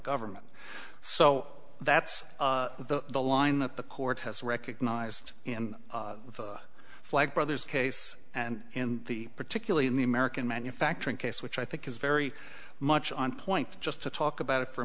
government so that's the line that the court has recognized in the flag brother's case and in the particularly in the american manufacturing case which i think is very much on point just to talk about it for a